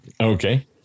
Okay